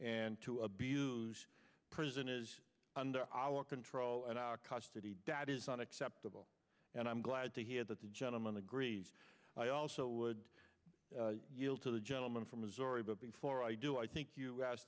and to abuse prison is under our control and custody that is not acceptable and i'm glad to hear that the gentleman agrees i also would yield to the gentleman from missouri but before i do i think you ask